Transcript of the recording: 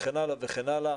וכן הלאה וכן הלאה,